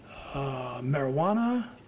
marijuana